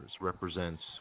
represents